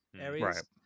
areas